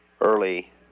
early